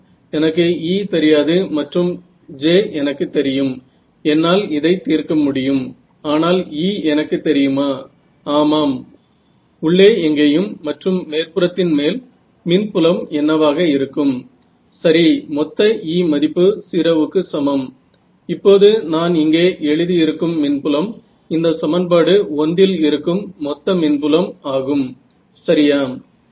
पण तुम्हाला माहित आहे जर ही समस्या अशी असेल 37 बरोबर आहे तर ही एक इंटरॅक्टिव प्रोसेस आहे ती रियल टाइम मध्ये काम करू शकणार नाही